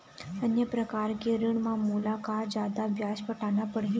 अन्य प्रकार के ऋण म मोला का जादा ब्याज पटाना पड़ही?